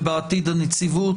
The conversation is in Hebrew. ובעתיד הנציבות.